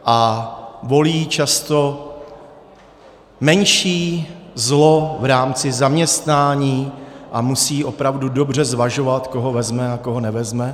A volí často menší zlo v rámci zaměstnání a musí opravdu dobře zvažovat, koho vezme a koho nevezme.